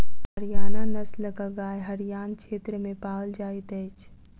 हरयाणा नस्लक गाय हरयाण क्षेत्र में पाओल जाइत अछि